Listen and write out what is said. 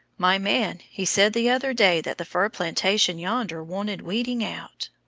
my man, he said the other day that the fir plantation yonder wanted weeding out.